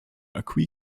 acquis